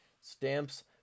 stamps